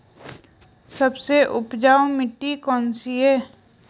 सबसे उपजाऊ मिट्टी कौन सी है?